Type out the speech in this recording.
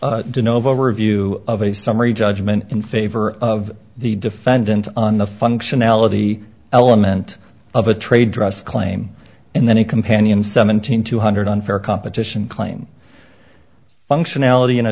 of a review of a summary judgment in favor of the defendant on the functionality element of a trade dress claim and then a companion seven thousand two hundred unfair competition claim functionality in a